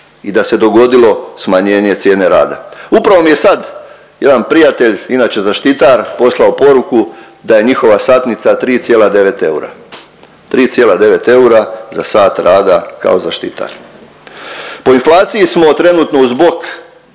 i da se dogodilo smanjenje cijene rada. Upravo mi je sad jedan prijatelj, inače zaštitar, poslao poruku da je njihova satnica 3,9 eura. 3,9 eura za sat rada kao zaštitar. Po inflaciji smo trenutno uz bok